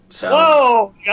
Whoa